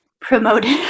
promoted